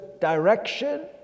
direction